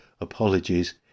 apologies